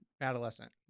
adolescent